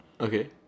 okay